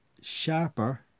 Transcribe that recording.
sharper